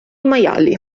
maiali